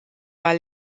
war